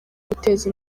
guteza